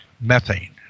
methane